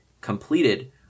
completed